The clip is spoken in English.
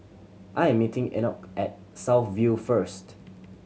I'm meeting Enoch at South View first